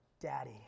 daddy